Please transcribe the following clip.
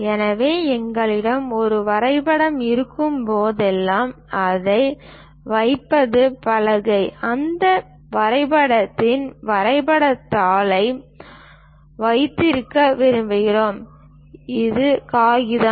எனவே எங்களிடம் ஒரு வரைபடம் இருக்கும் போதெல்லாம் இதை வைத்திருப்பது பலகை அந்த வரைபடத்தில் வரைபட தாளை வைத்திருக்க விரும்புகிறோம் இது காகிதம்